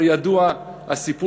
הרי ידוע הסיפור,